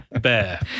Bear